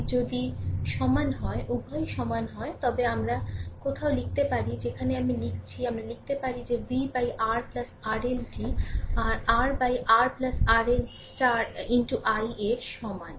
যদি উভয়ই সমান হয় উভয়ই সমান হয় তবে আমরা কোথাও লিখতে পারি যেখানে আমি লিখছি আমরা লিখতে পারি যে v RRLটি r R RRL i এর সমান